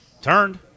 turned